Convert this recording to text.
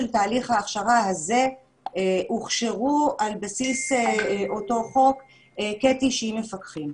תהליך ההכשרה הזה הוכשרו על בסיס אותו חוק כ-90 מפקחים.